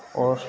اور